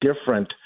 different